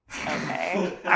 Okay